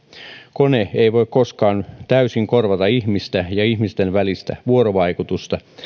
kone ei voi koskaan täysin korvata ihmistä ja ihmisten välistä vuorovaikutusta